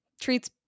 treats